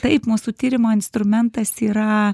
taip mūsų tyrimo instrumentas yra